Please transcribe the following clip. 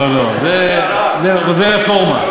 לא לא, זאת רפורמה.